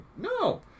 No